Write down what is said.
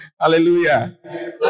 Hallelujah